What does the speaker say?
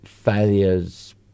failures